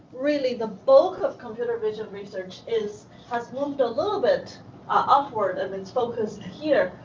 really the bulk of computer vision research is has moved a little bit upward and it's focused here.